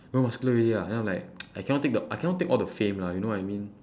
grow muscular already ah then I'm like I cannot take the I cannot take all the fame lah you know what I mean